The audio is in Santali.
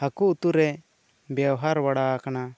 ᱦᱟᱹᱠᱩ ᱩᱛᱩ ᱨᱮ ᱵᱮᱣᱦᱟᱨ ᱵᱟᱲᱟ ᱠᱟᱱᱟ